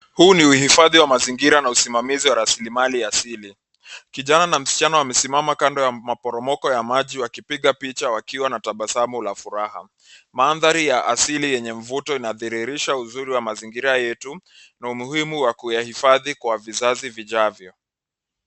Huu ni huhifadhi wa mazingira na usimamizi warisilimali asili. Kijana na msichana wamesimama kando ya mporomoko ya maji wakipiga picha wakiwa na tabasamu la furaha. Mandhari ya asili wenye mvuto unadhirisha wa mazingira yetu na umuhimu wa kuyahifadhi kwa vizazi vijavyo.